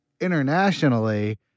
internationally